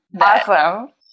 Awesome